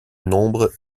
nombre